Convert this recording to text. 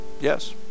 Yes